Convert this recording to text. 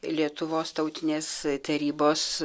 lietuvos tautinės tarybos